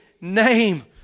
name